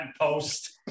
post